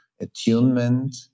attunement